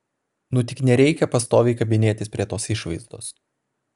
nu tik nereikia pastoviai kabinėtis prie tos išvaizdos